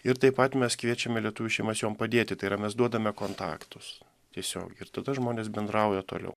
ir taip pat mes kviečiame lietuvių šeimas jom padėti tai yra mes duodame kontaktus tiesiogiai ir tada žmonės bendrauja toliau